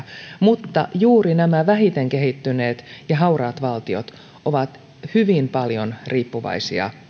mutta juuri nämä vähiten kehittyneet ja hauraat valtiot ovat hyvin paljon riippuvaisia